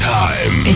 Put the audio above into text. time